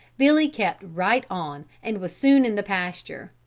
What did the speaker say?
billy kept right on and was soon in the pasture.